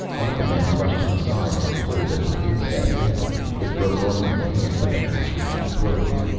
one of the men brushed him aside and pulled at the inset handle. it broke off in his hand but the hatch remained closed.